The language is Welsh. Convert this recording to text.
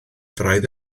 braidd